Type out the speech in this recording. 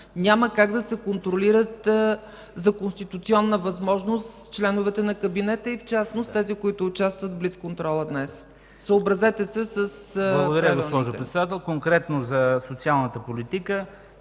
няма как да се контролират за конституционна възможност членовете на кабинета, и в частност тези, които участват в блицконтрола днес. Съобразете се с това, моля Ви. ИЛИЯ ИЛИЕВ: Благодаря, госпожо Председател. Конкретно за социалната политика